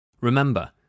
Remember